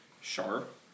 Sharp